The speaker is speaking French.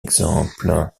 exemple